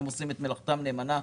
הם עושים את מלאכתם נאמנה.